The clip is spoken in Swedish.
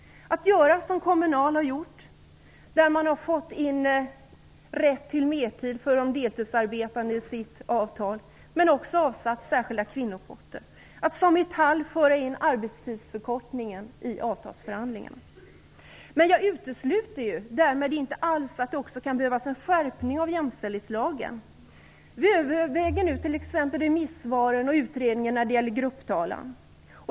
Exempelvis Kommunal har i sitt avtal fått in rätten till mertid för de deltidsarbetande och har också avsatt särskilda kvinnopotter, och Metall har fört in arbetstidsförkortningen i avtalsförhandlingarna. Men jag utesluter ju därmed inte alls att det också kan behövas en skärpning av jämställdhetslagen. Vi överväger nu t.ex. remissvaren och utredningen när det gäller grupptalan.